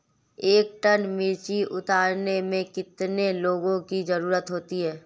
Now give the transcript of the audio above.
एक टन मिर्ची उतारने में कितने लोगों की ज़रुरत होती है?